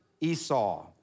Esau